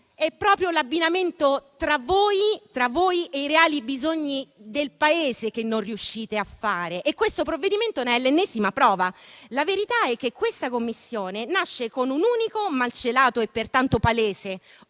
è proprio l'abbinamento tra voi e i reali bisogni del Paese che non riuscite a fare, e questo provvedimento ne è l'ennesima prova. La verità è che questa Commissione nasce con un unico, malcelato e pertanto palese obiettivo,